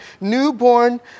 newborn